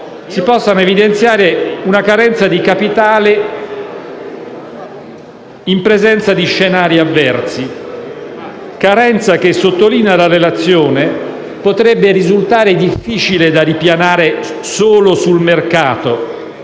stessi *test*, una carenza di capitale in presenza di scenari avversi; una carenza che - sottolinea la relazione - potrebbe risultare difficile da ripianare solo sul mercato